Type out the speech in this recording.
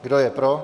Kdo je pro?